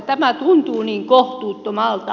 tämä tuntuu niin kohtuuttomalta